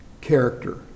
character